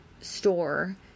store